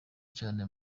cyane